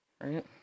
Right